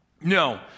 No